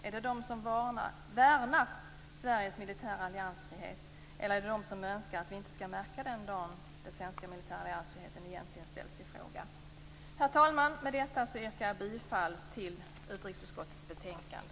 Är det de som värnar Sveriges militära alliansfrihet eller de som önskar att vi inte skall märka den dagen den svenska militära alliansfriheten egentligen sätts ifråga? Herr talman! Med detta yrkar jag bifall till hemställan i utrikesutskottets betänkande.